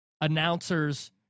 announcers